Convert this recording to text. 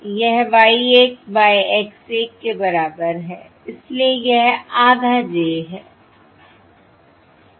यह Y 1 by X1 के बराबर है इसलिए यह आधा j है